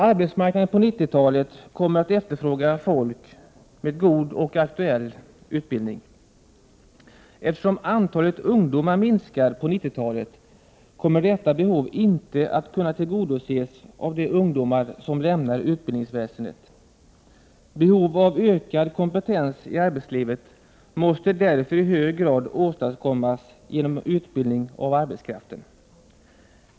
Arbetsmarknaden på 90-talet kommer att efterfråga folk med god och aktuell utbildning. Eftersom antalet ungdomar minskar på 90-talet kommer detta behov inte att kunna tillgodoses av de ungdomar som lämnar utbildningsväsendet. Ökad kompetens i arbetslivet måste därför i hög grad åstadkommas genom utbildning av arbetskraften.